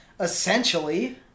essentially